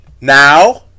Now